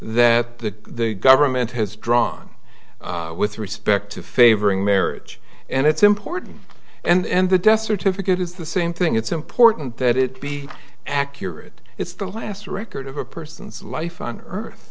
that the government has drawn with respect to favoring marriage and it's important and the death certificate is the same thing it's important that it be accurate it's the last record of a person's life on earth